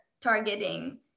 targeting